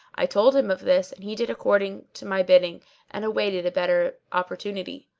i told him of this, and he did according to my bidding and awaited a better opportunity.